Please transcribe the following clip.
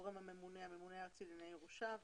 הגורם הממונה הוא הממונה הארצי לענייני ירושה.